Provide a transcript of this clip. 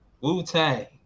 Wu-Tang